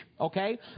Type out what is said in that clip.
okay